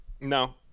No